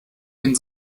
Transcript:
bin